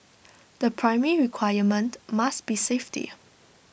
the primary requirement must be safety